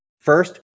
first